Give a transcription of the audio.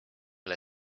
ole